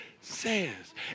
says